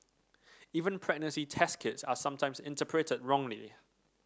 even pregnancy test kits are sometimes interpreted wrongly